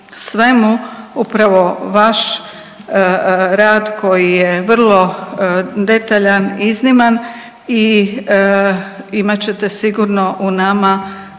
svemu upravo vaš rad koji je vrlo detaljan, izniman i imat ćete sigurno u nama